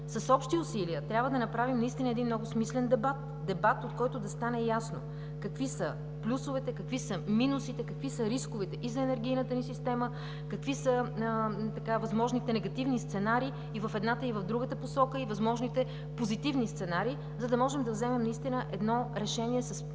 с общи усилия да направим наистина един много смислен дебат. Дебат, от който да стане ясно какви са плюсовете, какви са минусите, какви са рисковете и за енергийната ни система, какви са възможните негативни сценарии и в едната, и в другата посока, и възможните позитивни сценарии, за да можем да вземем наистина едно решение с консенсус.